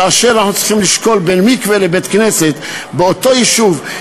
כאשר אנחנו צריכים לשקול בין מקווה לבית-כנסת באותו יישוב,